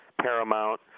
paramount